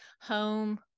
home